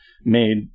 made